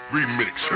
Remix